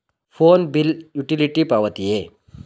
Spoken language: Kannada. ಫೋನ್ ಬಿಲ್ ಯುಟಿಲಿಟಿ ಪಾವತಿಯೇ?